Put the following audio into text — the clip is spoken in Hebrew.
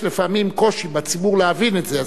לפעמים יש קושי בציבור להבין את זה,